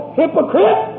hypocrite